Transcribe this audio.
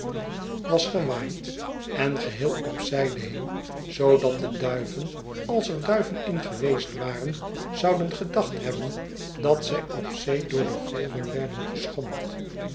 was gewaaid en geheel op zijde hing zoodat de duiven als er duiven in geweest waren zouden gedacht hebben dat zij op zee door de golven werden geschommeld